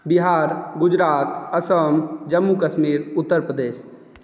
Bihar Gujarat Assam Jammu Kashmir Uttar Pradesh